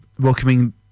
welcoming